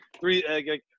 three